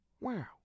Wow